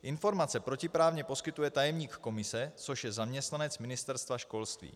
Informace protiprávně poskytuje tajemník komise, což je zaměstnanec Ministerstva školství.